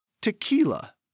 Tequila